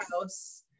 house